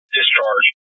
discharge